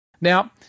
now